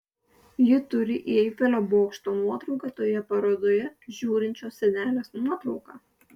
ji turi į eifelio bokšto nuotrauką toje parodoje žiūrinčios senelės nuotrauką